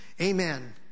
Amen